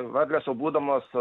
varlės jau būdamos